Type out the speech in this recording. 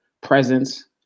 presence